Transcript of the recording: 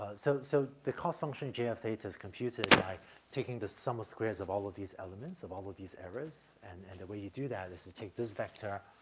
ah so so the cost function j of theta is computed by taking the sum of squares of all of these elements, of all of these errors, and and the way you do that is to take this vector,